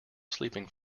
sleeping